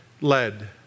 led